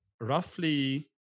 roughly